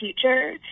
future